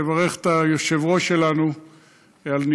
לברך את היושב-ראש שלנו לנישואיו,